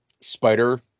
spider